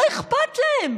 לא אכפת להם.